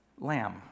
lamb